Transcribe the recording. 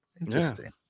Interesting